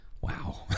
Wow